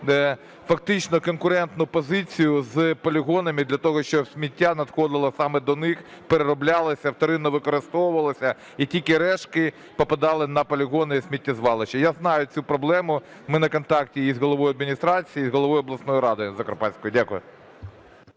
фактично конкурентну позицію з полігонами, для того щоб сміття надходило саме до них, перероблялося, вторинно використовувалося і тільки рештки попадали на полігони і сміттєзвалища. Я знаю цю проблему, ми на контакті і з головою адміністрації, і з головою обласної ради Закарпатської. Дякую.